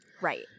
right